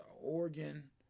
Oregon